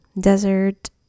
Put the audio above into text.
desert